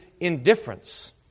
indifference